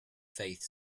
faith